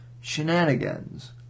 shenanigans